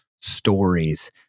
stories